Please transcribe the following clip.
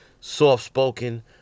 soft-spoken